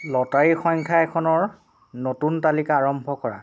lottery সংখ্যা এখনৰ নতুন তালিকা আৰম্ভ কৰা